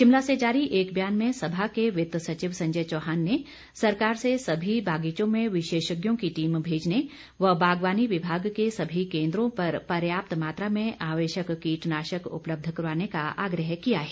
शिमला से जारी एक बयान में सभा के वित्त सचिव संजय चौहान ने सरकार से सभी बागीचों में विशेषज्ञों की टीम भेजने व बागवानी विभाग के सभी केन्द्रों पर पर्याप्त मात्रा में आवश्यक कीटनाशक उपलब्ध करवाने का आग्रह किया है